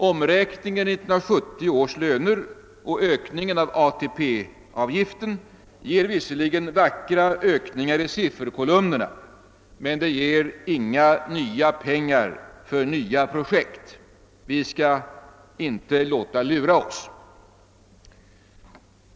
Omräkningen i 1970 års löner och ökningen av ATP-avgiften ger visserligen vackra höjningar i sifferkolumnerna, men det ger inga nya pengar för nya projekt. Vi skall inte låta lura oss.